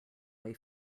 way